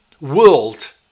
world